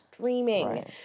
dreaming